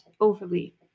overly